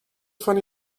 funny